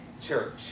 church